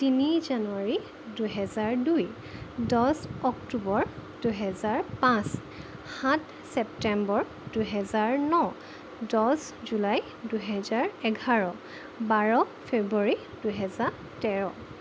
তিনি জানুৱাৰী দুহেজাৰ দুই দছ অক্টোবৰ দুহেজাৰ পাঁচ সাত ছেপ্টেম্বৰ দুহেজাৰ ন দছ জুলাই দুহেজাৰ এঘাৰ বাৰ ফেব্ৰুৱাৰী দুহেজাৰ তেৰ